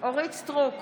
אורית מלכה סטרוק,